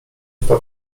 dwa